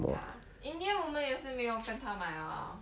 ya in the end 我们也是没有跟他买啊